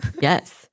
Yes